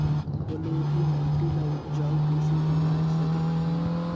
बलुही माटी ल उपजाऊ कइसे बनाय सकत हन?